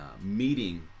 meeting